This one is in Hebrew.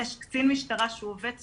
משטרה שהוא עובד סוציאלי.